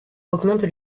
augmente